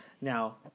Now